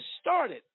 started